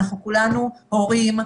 כולנו הורים,